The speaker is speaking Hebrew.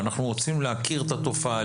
אנחנו רוצים להכיר את התופעה,